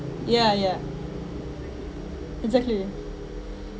ya ya exactly